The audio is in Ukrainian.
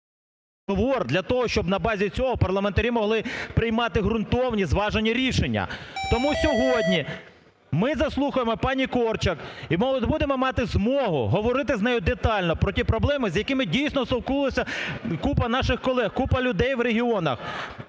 для того, щоб на базі цього парламентарі могли приймати ґрунтовні зважені рішення. Тому сьогодні ми заслухаємо пані Корчак і будемо мати змогу говорити з нею детально про ті проблеми, з якими, дійсно, стикаються купа наших колег, купа людей в регіонах.